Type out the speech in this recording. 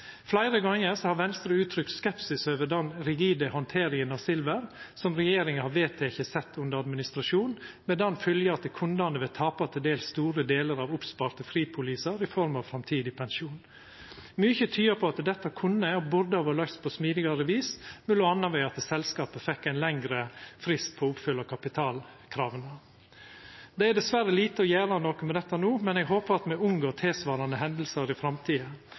Fleire gonger har Venstre uttrykt skepsis til den rigide handteringa av Silver, som regjeringa har vedteke sett under administrasjon, med den fylgja at kundane vil tapa til dels store delar av oppsparte fripolisar i form av framtidig pensjon. Mykje tyder på at dette kunne og burde ha vore løyst på smidigare vis, m.a. ved at selskapet fekk ein lengre frist på å oppfylla kapitalkrava. Det er dessverre lite å gjera med dette no, men eg håpar at me unngår tilsvarande hendingar i framtida.